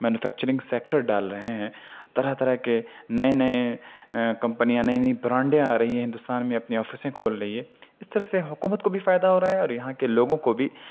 manufacturing sector ڈال رہے ہیں طرح طرح کے نئے نئے کمپنیاں نئی نئی برانڈیں آ رہی ہیں ہندوستان میں اپنی آفسیں کھول رہی ہے اس طرح سے حکومت کو بھی فائدہ ہو رہا ہے اور یہاں کے لوگوں کو بھی